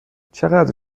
چقدر